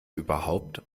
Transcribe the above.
überhaupt